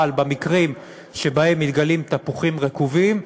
אבל במקרים שבהם מתגלים תפוחים רקובים,